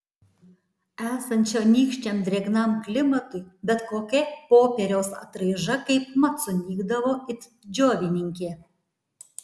esant čionykščiam drėgnam klimatui bet kokia popieriaus atraiža kaipmat sunykdavo it džiovininkė